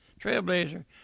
Trailblazer